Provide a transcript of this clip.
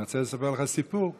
אני רוצה לספר לך סיפור ידוע.